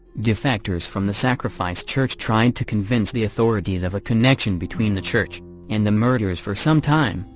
defectors from the sacrifice church tried to convince the authorities of a connection between the church and the murders for some time,